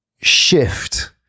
shift